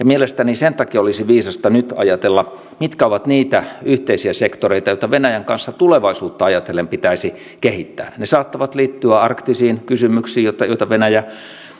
mielestäni sen takia olisi viisasta nyt ajatella mitkä ovat niitä yhteisiä sektoreita joita venäjän kanssa tulevaisuutta ajatellen pitäisi kehittää ne saattavat liittyä arktisiin kysymyksiin joita venäjä